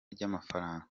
ry’amafaranga